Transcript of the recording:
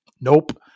Nope